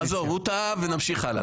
עזוב, הוא טעה ונמשיך הלאה.